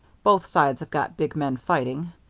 both sides have got big men fighting.